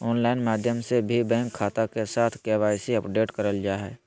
online माध्यम से भी बैंक खाता के साथ के.वाई.सी अपडेट करल जा हय